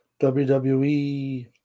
WWE